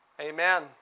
Amen